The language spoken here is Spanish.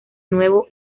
nuevo